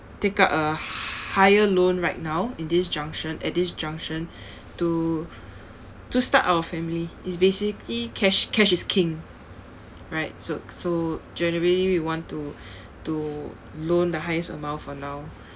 take up a higher loan right now in this junction at this junction to to start our family it's basically cash cash is king right so so generally we want to to loan the highest amount for now